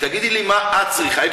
תגידי לי מה את צריכה.